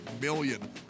million